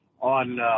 on